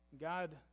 God